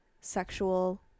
sexual